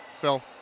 Phil